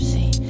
See